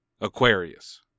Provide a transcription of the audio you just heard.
Aquarius